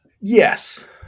Yes